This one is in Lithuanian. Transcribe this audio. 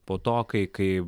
po to kai kai